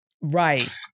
Right